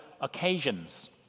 occasions